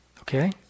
okay